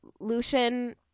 Lucian